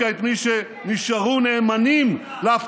מה עם ממדים ללימודים?